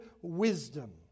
wisdom